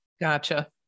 gotcha